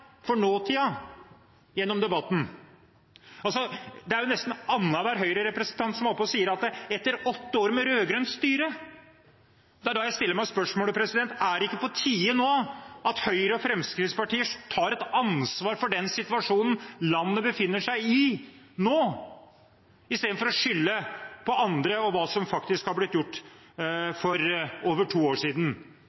for nåtiden gjennom debatten. Nesten annenhver Høyre-representant er oppe og sier: etter åtte år med rød-grønt styre. Det er da jeg stiller meg spørsmålet: Er det ikke på tide at Høyre og Fremskrittspartiet tar et ansvar for den situasjonen landet befinner seg i nå, i stedet for å skylde på andre og på hva som faktisk har blitt gjort for over to år siden?